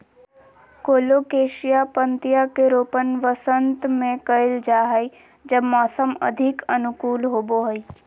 colocasia पत्तियां के रोपण वसंत में कइल जा हइ जब मौसम अधिक अनुकूल होबो हइ